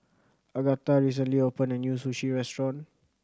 Agatha recently opened a new Sushi Restaurant